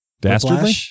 Dastardly